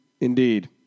Indeed